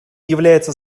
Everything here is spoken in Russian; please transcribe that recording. является